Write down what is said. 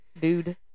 Dude